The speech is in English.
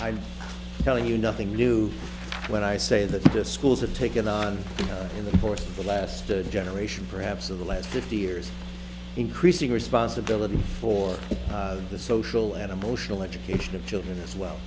i'm telling you nothing new when i say that the schools have taken on in the for the last a generation perhaps of the last fifty years increasing responsibility for the social and emotional education of children as well